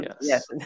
Yes